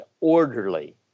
orderly